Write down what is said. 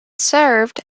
served